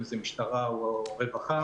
אם זה משטרה או רווחה.